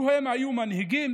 לו הם היו מנהיגים,